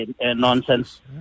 nonsense